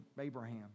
Abraham